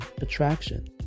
attraction